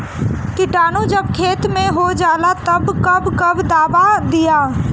किटानु जब खेत मे होजाला तब कब कब दावा दिया?